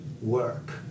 work